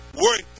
work